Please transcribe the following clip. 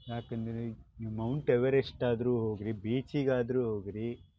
ಏಕೆಂದ್ರೆ Mount Everest ಆದರೂ ಹೋಗಿರಿ ಬೀಚಿಗಾದರೂ ಹೋಗಿರಿ